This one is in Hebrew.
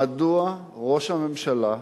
מדוע ראש הממשלה,